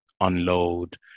unload